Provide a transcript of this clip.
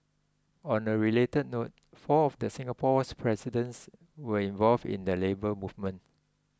on a related note four of the Singapore's presidents were involved in the Labour Movement